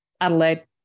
Adelaide